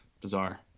Bizarre